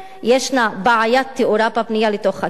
ישנה בעיית תאורה בפנייה לתוך הכפר,